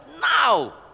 now